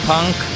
Punk